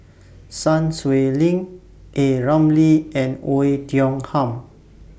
Sun Xueling A Ramli and Oei Tiong Ham